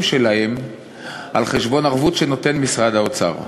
שלהם על חשבון ערבות שנותן משרד האוצר.